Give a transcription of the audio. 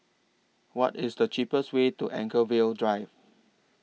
What IS The cheapest Way to Anchorvale Drive